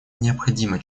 необходима